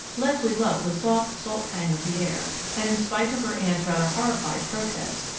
leslie loved the soft, salt tang of the air, and in spite of her aunt's rather horrified protests,